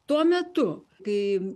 tuo metu kai